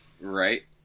Right